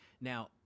Now